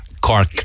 cork